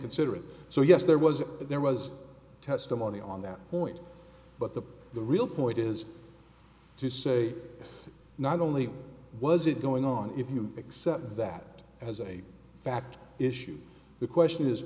consider it so yes there was there was testimony on that point but the real point is to say not only was it going on if you accept that as a fact issue the question is